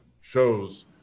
shows